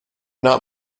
not